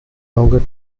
longer